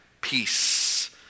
peace